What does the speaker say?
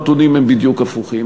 הנתונים הם בדיוק הפוכים.